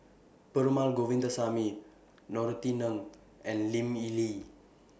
Perumal Govindaswamy Norothy Ng and Lim Lee